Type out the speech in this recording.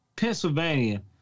pennsylvania